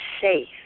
safe